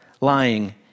lying